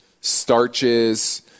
starches